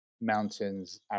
mountains